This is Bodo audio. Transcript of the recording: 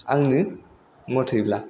आंनि मथेब्ला